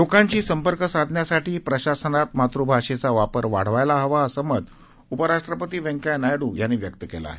लोकांशी संपर्क साधण्यासाठी प्रशासनात मातृभाषेचा वापर वाढायला हवा असं मत उपराष्ट्रपती व्यंकय्या नायडू यांनी व्यक्त केलं आहे